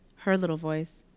her little voice.